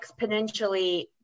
exponentially